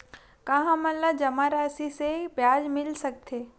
का हमन ला जमा राशि से ब्याज मिल सकथे?